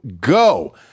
go